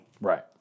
Right